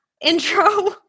intro